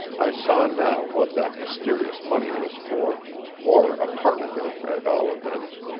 i saw now what that mysterious money was for or a part of it, at all events.